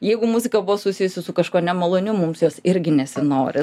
jeigu muzika buvo susijusi su kažkuo nemaloniu mums jos irgi nesinori